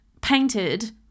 painted